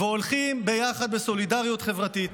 והולכים ביחד בסולידריות חברתית.